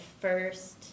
first